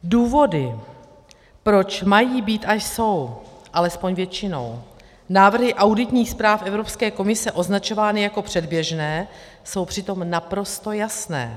Důvody, proč mají být a jsou, alespoň většinou, návrhy auditních zpráv Evropské komise označovány jako předběžné, jsou přitom naprosto jasné.